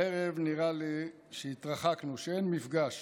הערב נראה לי שהתרחקנו, שאין מפגש